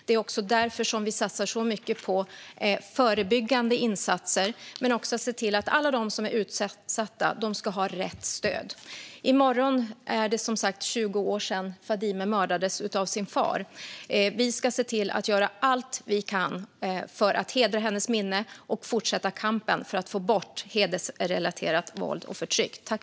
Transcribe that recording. Det är också därför vi satsar mycket på förebyggande insatser men också på att se till att alla som är utsatta får rätt stöd. I morgon är det som sagt 20 år sedan Fadime mördades av sin far. Vi ska göra allt vi kan för att hedra hennes minne och fortsätta kampen för att få bort hedersrelaterat våld och förtryck.